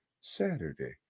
Saturday